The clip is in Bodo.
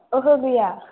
ओहो गैया